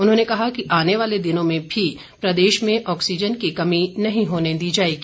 उन्होंने कहा कि आने वाले दिनों में भी प्रदेश में ऑक्सीज़न की कमी नहीं होने दी जाएगी